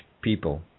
people